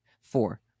Four